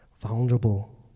vulnerable